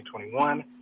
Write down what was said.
2021